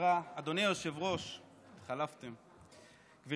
חבר